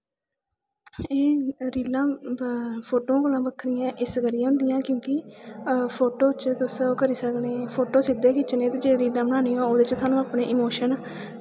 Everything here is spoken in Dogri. एह् रीलां फोटोएं कोला बक्खरियां ऐं इस करियै होंदियां क्योंकि फोटो च तुस ओह् करी सकनें फोटो सिद्धे खिच्चने जे रीलां बनांनियां होन ते ओह्दे च इमोशन